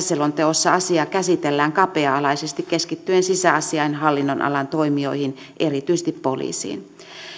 selonteossa asiaa käsitellään kapea alaisesti keskittyen sisäasiain hallinnonalan toimijoihin erityisesti poliisiin